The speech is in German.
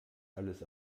alles